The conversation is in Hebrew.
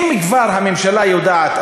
אם כבר הממשלה יודעת,